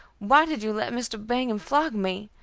why did you let mr. bingham flog me?